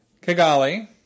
Kigali